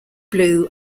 blue